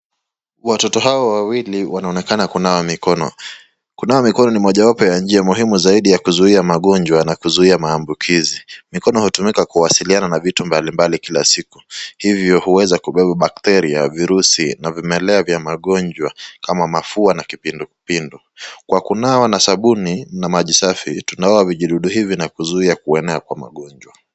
Watoto hawa wawili wanaonekana kuna mikono, kunawa mikono ni mojawapo ya njia muhimu zaidi ya kuzuia magonjwa na kuzuia maambukizi. Mikono hutumika na kuwasiliana na vitu mbalimbali kila siku, hivyo huweza kubeba bakteria, virusi na vimelea vya magonjwa kama mafua na kipindu pindu, kwa kunawa na sabuni na maji safi, tunaua vidudu hivi na kuzuia kuenea kwa magonjwa.